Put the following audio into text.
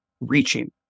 reaching